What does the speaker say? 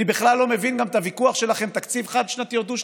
אני בכלל לא מבין גם את הוויכוח שלכם על תקציב חד-שנתי או דו-שנתי.